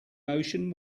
motion